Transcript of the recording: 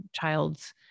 child's